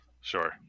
Sure